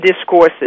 discourses